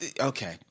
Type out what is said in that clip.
okay